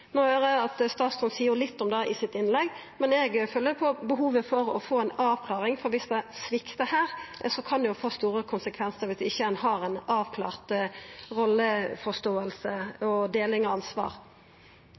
høyrer eg at statsråden seier litt om det i innlegget sitt, men eg føler på behovet for å få ei avklaring. Om det sviktar her, kan det få store konsekvensar om ein ikkje har